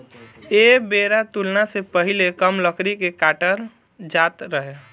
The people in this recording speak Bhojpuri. ऐ बेरा तुलना मे पहीले कम लकड़ी के काटल जात रहे